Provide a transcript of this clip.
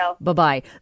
Bye-bye